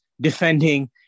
defending